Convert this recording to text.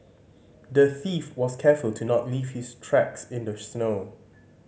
the thief was careful to not leave his tracks in the snow